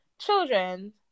children